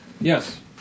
Yes